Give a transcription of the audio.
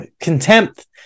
contempt